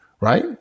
right